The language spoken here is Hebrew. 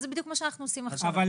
זה בדיוק מה שאנחנו עושים עכשיו.